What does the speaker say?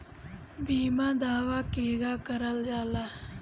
बीमा दावा केगा करल जाला?